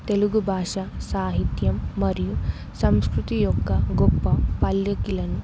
తెలుగు భాష సాహిత్యం మరియు సంస్కృతి యొక్క గొప్ప పల్లకిలను